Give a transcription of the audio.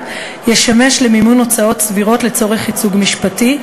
ישמש למימון הוצאות סבירות לצורך ייצוג משפטי,